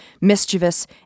mischievous